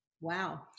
Wow